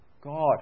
God